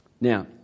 now